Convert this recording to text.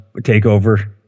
takeover